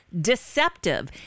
deceptive